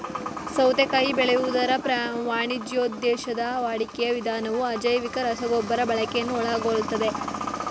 ಸೌತೆಕಾಯಿ ಬೆಳೆಯುವುದರ ವಾಣಿಜ್ಯೋದ್ದೇಶದ ವಾಡಿಕೆಯ ವಿಧಾನವು ಅಜೈವಿಕ ರಸಗೊಬ್ಬರ ಬಳಕೆಯನ್ನು ಒಳಗೊಳ್ತದೆ